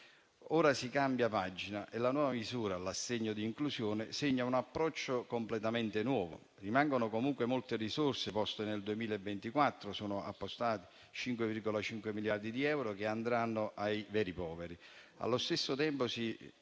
Ora si cambia pagina e la nuova misura, l'assegno di inclusione, segna un approccio completamente nuovo. Rimangono comunque molte risorse stanziate nel 2024; sono appostati 5,5 miliardi di euro, che andranno ai veri poveri.